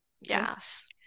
Yes